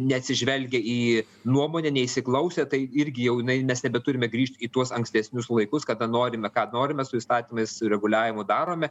neatsižvelgia į nuomonę neįsiklausę tai irgi jau jinai mes nebeturime grįžt į tuos ankstesnius laikus kada norime ką norime su įstatymais ir reguliavimu darome